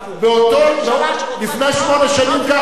לפני שמונה שנים כך אמרנו,